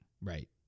Right